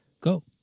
go